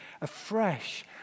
afresh